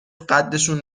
قدشون